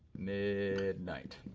midnight.